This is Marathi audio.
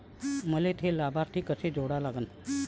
मले थे लाभार्थी कसे जोडा लागन?